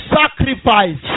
sacrifice